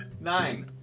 Nine